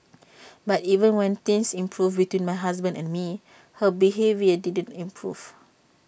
but even when things improved between my husband and me her behaviour didn't improve